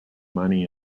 money